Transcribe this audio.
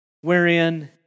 wherein